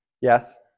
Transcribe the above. Yes